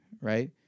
right